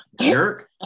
Jerk